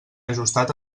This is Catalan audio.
ajustat